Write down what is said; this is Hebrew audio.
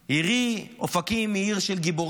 עירי אופקים היא של גיבורים,